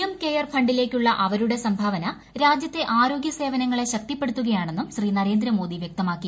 M care ഫണ്ടിലേക്കുള്ള അവരുടെ സംഭാവന രാജ്യത്തെ ആരോഗ്യ സേവനങ്ങളെ ശക്തിപ്പെടുത്തുകയാണെന്നും നരേന്ദ്രമോദി ശ്രീ വ്യക്തമാക്കി